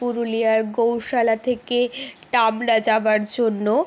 পুরুলিয়ার গৌশালা থেকে টামলা যাওয়ার জন্য